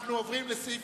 אנחנו עוברים לסעיף